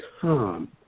Tom